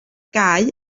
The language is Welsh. gau